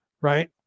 right